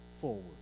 forward